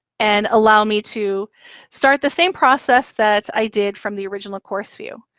and allow me to start the same process that i did from the original course view.